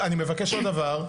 מבקש עוד דבר,